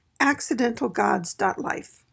accidentalgods.life